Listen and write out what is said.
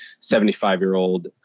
75-year-old